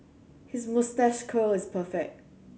his moustache curl is perfect